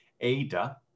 Ada